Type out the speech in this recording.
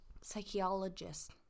psychologist